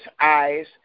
eyes